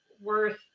worth